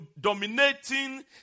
dominating